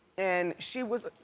and she was,